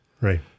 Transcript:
Right